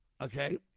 okay